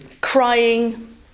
crying